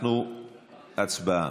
הצבעה.